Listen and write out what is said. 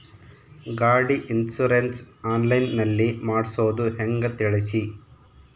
ಗಾಡಿ insurance online ನಲ್ಲಿ ಮಾಡ್ಸೋದು ಹೆಂಗ ತಿಳಿಸಿ?